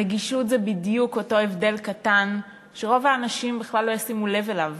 הנגישות היא בדיוק אותו הבדל קטן שרוב האנשים בכלל לא ישימו לב אליו,